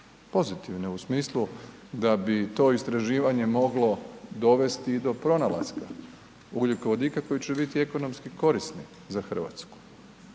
Pozitivne u smislu da bi to istraživanje moglo dovesti i do pronalaska ugljikovodika koji će biti ekonomski korisni za Hrvatsku.